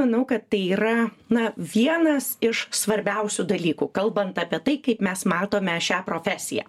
manau kad tai yra na vienas iš svarbiausių dalykų kalbant apie tai kaip mes matome šią profesiją